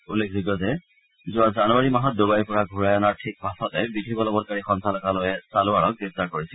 উল্লেখযোগ্য যে যোৱা জানুৱাৰী মাহত ড়বাইৰ পৰা ঘূৰাই অনাৰ ঠিক পাছতে বিধি বলৱৎকাৰী সঞ্চালকালয়ে তালৱাৰক গ্ৰেপ্তাৰ কৰিছিল